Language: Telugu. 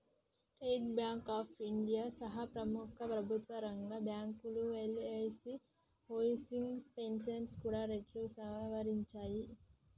స్టేట్ బాంక్ ఆఫ్ ఇండియా సహా ప్రముఖ ప్రభుత్వరంగ బ్యాంకులు, ఎల్ఐసీ హౌసింగ్ ఫైనాన్స్ కూడా రేట్లను సవరించాయి